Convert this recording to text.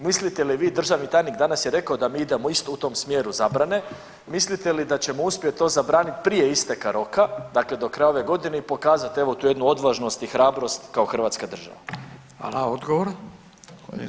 Mislite li vi, državni tajnik danas je rekao da mi idemo isto u tom smjeru zabrane, mislite li da ćemo uspjeti to zabraniti prije isteka roka, dakle do kraja ove godine i pokazat evo tu jednu odvažnost i hrabrost kao hrvatska država.